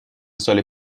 سال